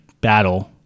battle